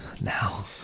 now